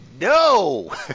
No